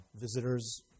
visitors